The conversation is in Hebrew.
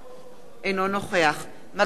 אינו נוכח מגלי והבה,